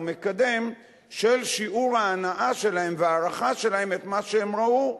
מקדם של שיעור ההנאה שלהם וההערכה שלהם את מה שהם ראו.